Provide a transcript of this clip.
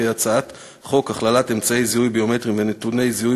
כי הצעת חוק הכללת אמצעי זיהוי ביומטריים ונתוני זיהוי